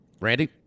Randy